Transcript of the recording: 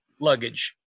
luggage